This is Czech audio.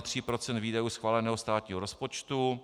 3 % výdajů schváleného státního rozpočtu.